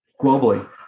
globally